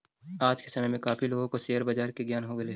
आज के समय में काफी लोगों को शेयर बाजार का ज्ञान हो गेलई हे